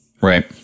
Right